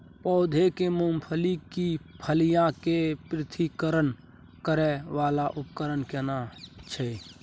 पौधों से मूंगफली की फलियां के पृथक्करण करय वाला उपकरण केना छै?